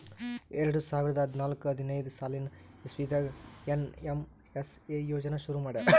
ಎರಡ ಸಾವಿರದ್ ಹದ್ನಾಲ್ಕ್ ಹದಿನೈದ್ ಸಾಲಿನ್ ಇಸವಿದಾಗ್ ಏನ್.ಎಮ್.ಎಸ್.ಎ ಯೋಜನಾ ಶುರು ಮಾಡ್ಯಾರ್